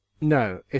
No